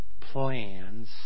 plans